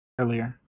earlier